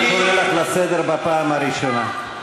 אני קורא אותך לסדר בפעם הראשונה.